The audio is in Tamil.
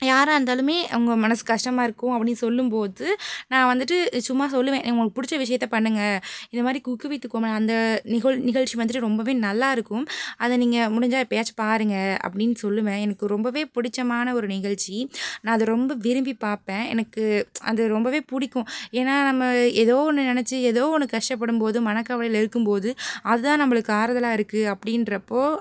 யாராக இருந்தாலுமே அவங்க மனசு கஷ்டமாக இருக்கும் அப்படின்னு சொல்லும் போது நான் வந்துட்டு சும்மா சொல்லுவேன் நீங்கள் உங்களுக்கு பிடிச்ச விஷயத்தை பண்ணுங்க இதுமாதிரி குக்கூ வித் கோமாளி அந்த நிக நிகழ்ச்சி வந்துட்டு ரொம்பவே நல்லாயிருக்கும் அதை நீங்கள் முடிஞ்சால் எப்போயாச்சும் பாருங்க அப்படினு சொல்லுவேன் எனக்கு ரொம்பவே பிடிச்சமான ஒரு நிகழ்ச்சி நான் அதை ரொம்ப விரும்பி பார்ப்பேன் எனக்கு அது ரொம்பவே பிடிக்கும் ஏன்னால் நம்ம ஏதோ ஒன்று நினச்சி ஏதோ ஒன்று கஷ்டப்படும்போது மனக்கவலையில் இருக்கும் போது அதுதான் நம்மளுக்கு ஆறுதலாக இருக்குது அப்படின்றப்போ